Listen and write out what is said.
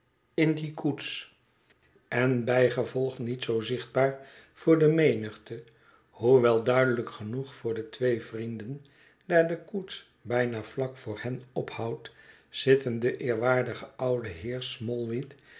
in die koets en bijgevolg niet zoo zichtbaar voor de menigte hoewel duidelijk genoeg voor de twee vrienden daar de koets bijna vlak voor hen ophoudt zitten de eerwaardige oude heer